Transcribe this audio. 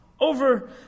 Over